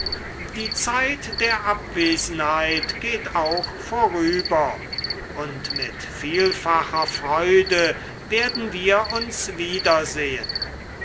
die zeit der abwesenheit geht auch vorüber und mit vielfacher freude werden wir uns wiedersehen